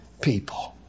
people